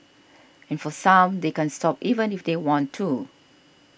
and for some they can't stop even if they want to